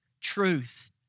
Truth